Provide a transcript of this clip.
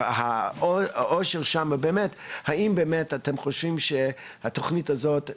אז באמת אנחנו רוצים לדעת האם באמת אתם חושבים שהתוכנית הזאת.